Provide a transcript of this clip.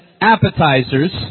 appetizers